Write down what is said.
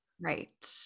Right